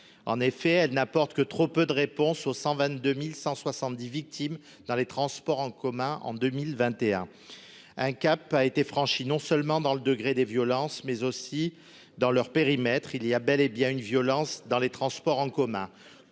en effet, elle n'apporte que trop peu de réponses aux 122170 victimes dans les transports en commun en 2021, un cap a été franchi, non seulement dans le degré de violence mais aussi dans leur périmètre, il y a bel et bien une violence dans les transports en commun,